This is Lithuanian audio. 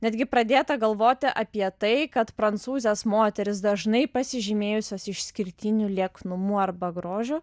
netgi pradėta galvoti apie tai kad prancūzės moterys dažnai pasižymėjusios išskirtiniu lieknumu arba grožiu